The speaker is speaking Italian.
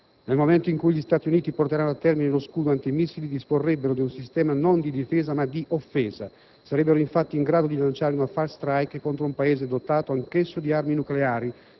Nel momento in cui gli Stati Uniti porteranno a termine lo "scudo" anti-missili disporrebbero di un sistema non di difesa, ma di offesa: sarebbero infatti in grado di lanciare una *first strike* contro un Paese dotato anch'esso di armi nucleari,